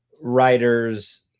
writers